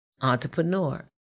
entrepreneur